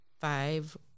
five